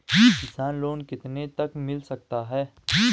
किसान लोंन कितने तक मिल सकता है?